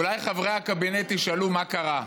אולי חברי הקבינט ישאלו מה קרה.